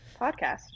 podcast